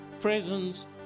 presence